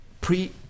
pre